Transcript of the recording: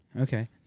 Okay